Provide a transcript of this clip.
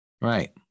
right